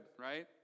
right